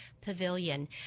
Pavilion